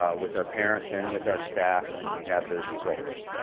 ah with our parents, and with our staff. and we have those results,